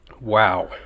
Wow